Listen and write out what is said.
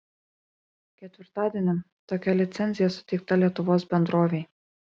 ketvirtadienį tokia licencija suteikta lietuvos bendrovei